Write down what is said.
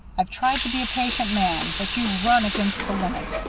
i've tried to be a patient man, but you've run against the limit.